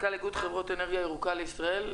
מנכ"ל איגוד חברות אנרגיה ירוקה לישראל,